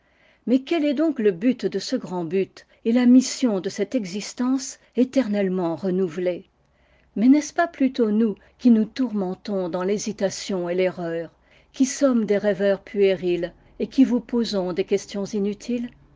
mais quel est donc le but de ce grand but et la mission de celte existence éternellement renouvelée mais n'est-ce pas plutôt nous qui nous tourmentons dans rhésitation et l'erreur qui sommes des rêveurs puérils et qui vous posons des questions inutiles